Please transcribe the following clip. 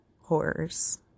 horrors